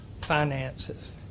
finances